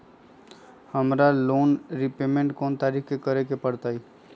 हमरा loan repayment कोन तारीख के करे के परतई?